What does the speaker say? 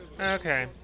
Okay